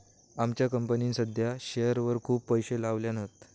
आमच्या कंपनीन साध्या शेअरवर खूप पैशे लायल्यान हत